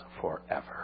forever